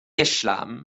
islam